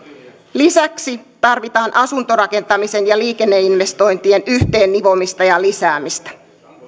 lisäksi tarvitaan asuntorakentamisen ja liikenneinvestointien yhteennivomista ja lisäämistä